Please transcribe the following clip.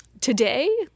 Today